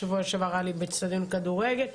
שבוע שעבר היה באצטדיון כדורגל.